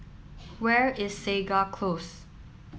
where is Segar Close